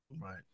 Right